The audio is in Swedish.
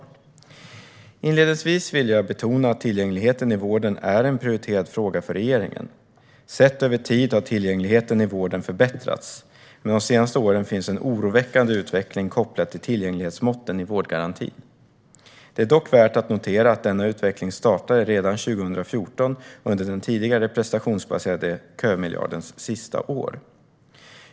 Svar på interpellation Inledningsvis vill jag betona att tillgänglighet i vården är en prioriterad fråga för regeringen. Sett över tid har tillgängligheten i vården förbättrats, men de senaste åren finns en oroväckande utveckling kopplad till tillgänglighetsmåtten i vårdgarantin. Det är dock värt att notera att denna utveckling startade redan 2014, under den tidigare prestationsbaserade kömiljardens sista år.